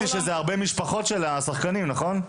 הבנתי שהרבה זה משפחות של השחקנים, נכון?